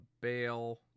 bail